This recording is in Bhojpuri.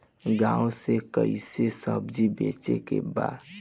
गांव से कैसे सब्जी बेचे के बा?